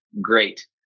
Great